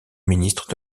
ministre